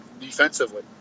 defensively